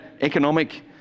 economic